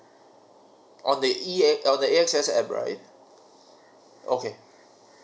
on the E app on the A_X_S app right okay